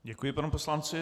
Děkuji panu poslanci.